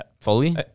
Fully